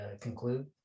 conclude